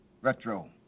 Retro